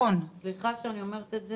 סליחה שאני אומרת את זה,